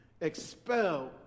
expelled